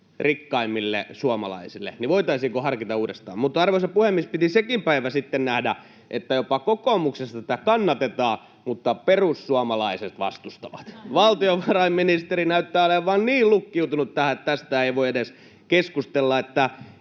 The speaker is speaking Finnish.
rikkaimmille suomalaisille, eli voitaisiinko harkita uudestaan. Mutta, arvoisa puhemies, piti sekin päivä sitten nähdä, että jopa kokoomuksessa tätä kannatetaan mutta perussuomalaiset vastustavat. Valtiovarainministeri näyttää olevan niin lukkiutunut tähän, että tästä ei voi edes keskustella. En